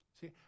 See